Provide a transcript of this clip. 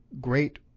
great